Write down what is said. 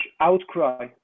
outcry